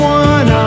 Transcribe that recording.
one